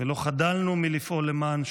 לא חדלנו מלפעול למען שובן,